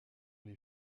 les